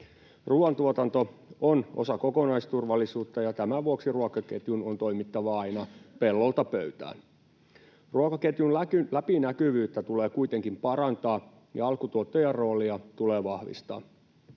Ruuantuotanto on osa kokonaisturvallisuutta, ja tämän vuoksi ruokaketjun on toimittava aina pellolta pöytään. Ruokaketjun läpinäkyvyyttä tulee kuitenkin parantaa, ja alkutuottajan roolia tulee vahvistaa.